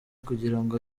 kugirango